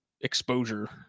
exposure